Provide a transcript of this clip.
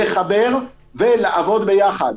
לחבר ולעבוד ביחד.